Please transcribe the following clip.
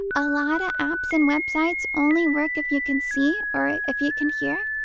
a lot of apps and websites only work if you can see or ah if you can hear.